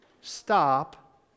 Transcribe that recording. stop